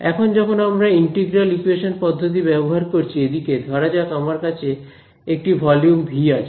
এখন যখন আমরা ইন্টিগ্রাল ইকুয়েশন পদ্ধতি ব্যবহার করছি এদিকে ধরা যাক আমাদের কাছে একটা ভলিউম ভি আছে